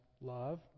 love